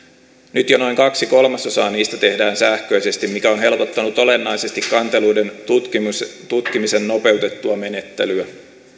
nyt jo noin kaksi kolmasosaa niistä tehdään sähköisesti mikä on helpottanut olennaisesti kanteluiden tutkimisen tutkimisen nopeutettua menettelyä